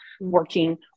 working